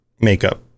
makeup